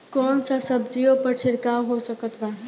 कौन सा सब्जियों पर छिड़काव हो सकत बा?